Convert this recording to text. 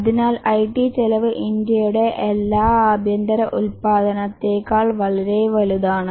അതിനാൽ ഐടി ചെലവ് ഇന്ത്യയുടെ എല്ലാ ആഭ്യന്തര ഉൽപാദനത്തേക്കാൾ വളരെ വലുതാണ്